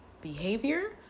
behavior